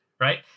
Right